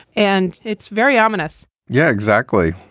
and it's very ominous yeah, exactly.